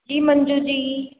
जी Manju जी